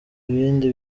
ibindi